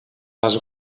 les